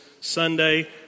Sunday